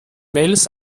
mails